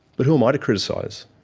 but who am i to criticise?